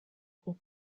aux